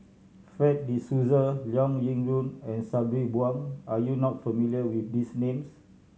Fred De Souza Liao Yingru and Sabri Buang are you not familiar with these names